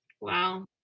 Wow